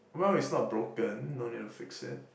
well it's not broken no need to fix it